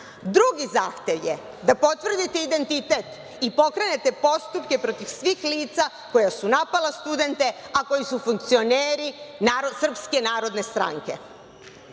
zahtev je da potvrdite identitet i pokrenete postupke protiv svih lica koja su napala studente, a koji su funkcioneri Srpske napredne stranke. Odbacite